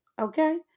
okay